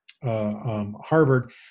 Harvard